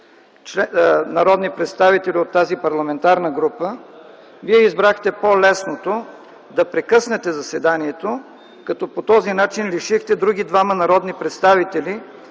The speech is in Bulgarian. народни представители от тази парламентарна група, Вие избрахте по-лесното – да прекъснете заседанието, като по този начин лишихте други двама народни представители